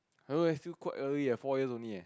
I don't know leh still quite early eh four years only eh